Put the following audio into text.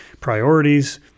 priorities